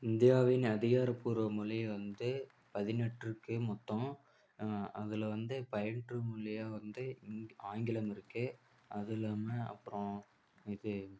இந்தியாவின் அதிகாரபூர்வ மொழி வந்து பதினெட்டு இருக்குது மொத்தம் அதில் வந்து பயின்று மொழியாக வந்து இங்கே ஆங்கிலம் இருக்குது அதுல்லாமல் அப்புறோம் இது